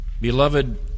Beloved